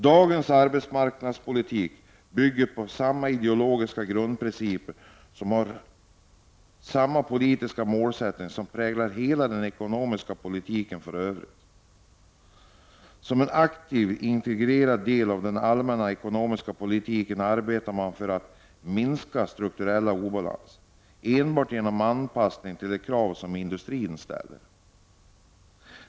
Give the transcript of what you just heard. Dagens arbetsmarknadspolitik bygger på samma ideologiska grundprinciper och har samma politiska målsättning som präglar hela den ekonomiska politiken för övrigt. Som en aktiv och integrerad del av den allmänna ekonomiska politiken arbetar man för att minska strukturella obalanser, enbart genom en anpassning till de krav som industrin ställer.